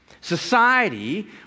Society